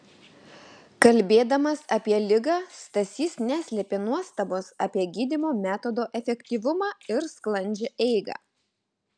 kalbėdamas apie ligą stasys neslėpė nuostabos apie gydymo metodo efektyvumą ir sklandžią eigą